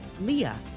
Leah